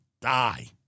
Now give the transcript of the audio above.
die